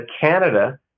Canada